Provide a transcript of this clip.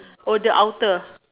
oh the outer